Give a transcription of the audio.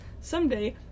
Someday